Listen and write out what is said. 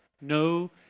No